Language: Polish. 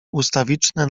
ustawiczne